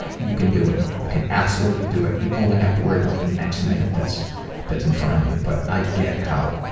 you can do it, you can absolutely do it. you only have to worry about the next minute that's that's in front of you. but i get how